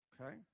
okay